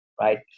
right